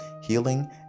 healing